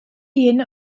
yeni